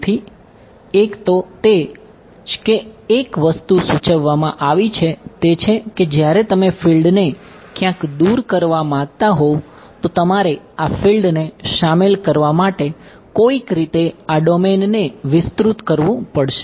તેથી એક તો તે જ એક વસ્તુ સૂચવવામાં આવી છે તે છે કે જ્યારે તમે ફિલ્ડને ક્યાંક દૂર કરવા માંગતા હોવ તો તમારે આ ફિલ્ડને શામેલ કરવા માટે કોઈક રીતે આ ડોમેનને વિસ્તૃત કરવું પડશે